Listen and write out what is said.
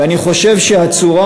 ואני חושב שהצורה,